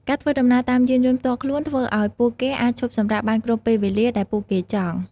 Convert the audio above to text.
ការធ្វើដំណើរតាមយានយន្តផ្ទាល់ខ្លួន ធ្វើឱ្យពួកគេអាចឈប់សម្រាកបានគ្រប់ពេលវេលា ដែលពួកគេចង់។